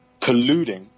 colluding